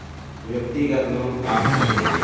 व्यक्तिगत लोन का होथे?